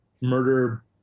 murder